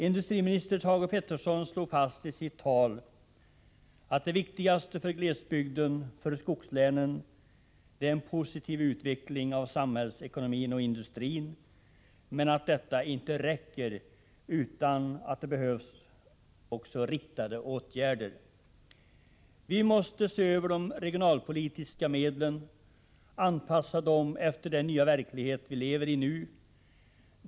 Industriminister Thage Peterson slog i sitt tal fast att det viktigaste för glesbygden, för skogslänen, är en positiv utveckling av samhällsekonomin och industrin men att detta inte räcker utan att det också behövs riktade åtgärder. Vi måste se över de regionalpolitiska medlen, anpassa dem efter den nya verklighet vi nu lever i.